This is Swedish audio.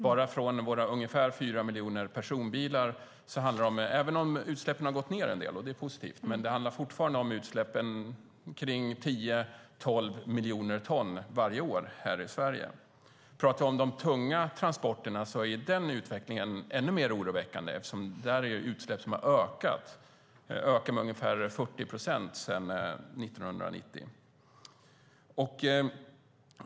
Även om utsläppen har gått ned en del, vilket är positivt, handlar det bara från våra ungefär fyra miljoner personbilar om utsläpp på omkring 10 till 12 miljoner ton varje år här i Sverige. Utvecklingen för de tunga transporterna är ännu mer oroväckande eftersom detta är utsläpp som har ökat. De har ökat med ungefär 40 procent sedan 1990.